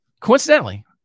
coincidentally